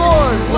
Lord